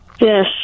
Yes